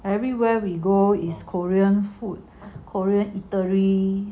everywhere we go is korean food korean eatery